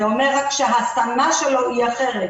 זה אומר רק ש --- שלו היא אחרת.